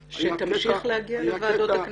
היה קטע --- היא תמשיך להגיע לוועדות הכנסת?